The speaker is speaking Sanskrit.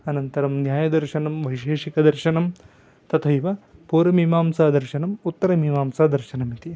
अनन्तरं न्यायदर्शनं वैशेशिकदर्शनं तथैव पूर्वमीमांसादर्शनम् उत्तरमीमांसादर्शनमिति